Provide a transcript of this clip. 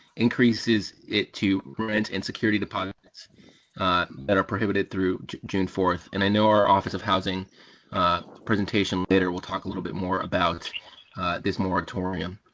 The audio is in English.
increases it to rent and security deposits deposits that are prohibited through june four. and i know our office of housing presentation later will talk a little bit more about this moratorium.